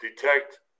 detect